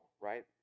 right